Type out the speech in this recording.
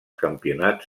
campionats